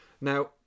Now